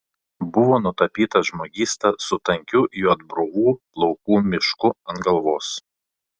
buvo nutapytas žmogysta su tankiu juodbruvų plaukų mišku ant galvos